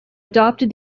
adopted